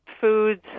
foods